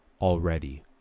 already